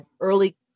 early